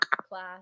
class